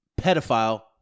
pedophile